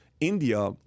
India